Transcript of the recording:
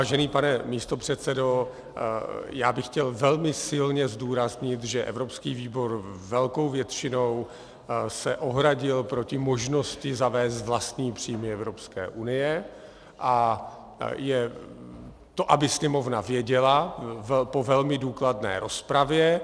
Vážený pane místopředsedo, chtěl bych velmi silně zdůraznit, že evropský výbor se velkou většinou ohradil proti možnosti zavést vlastní příjmy Evropské unie, a to, aby Sněmovna věděla, po velmi důkladné rozpravě.